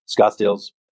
Scottsdale's